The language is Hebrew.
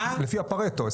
20, 80,